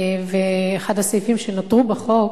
אחד הסעיפים שנותרו בחוק